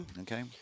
Okay